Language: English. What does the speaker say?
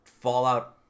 Fallout